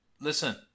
listen